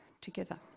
together